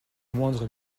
moindre